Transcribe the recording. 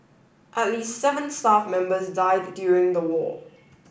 at least seven staff members died during the war